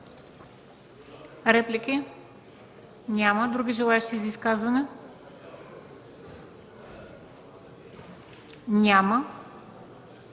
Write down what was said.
Реплики? Няма. Други желаещи за изказвания? Няма.